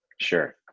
Sure